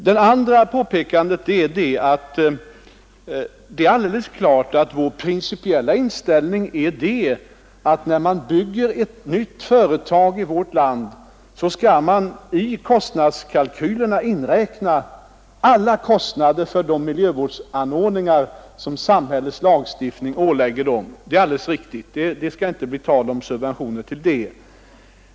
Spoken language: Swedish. Det andra påpekandet är att vår principiella inställning är att man, när man startar ett nytt företag i vårt land, i kostnadskalkylerna skall inräkna alla kostnader för de miljövårdsanordningar som samhällets lagstiftning föreskriver. Det är alldeles riktigt; det skall inte bli tal om subventioner.